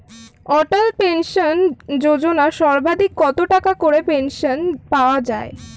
অটল pension Yojana সর্বাধিক কত টাকা করে পেনশন পাওয়া যায়?